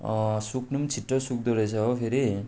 सुक्नु पनि छिट्टो सुक्दोरहेछ हो फेरि